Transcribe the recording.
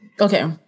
Okay